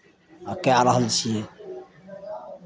आ कए रहल छियै